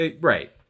Right